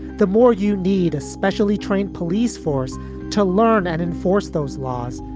the more you need a specially trained police force to learn and enforce those laws.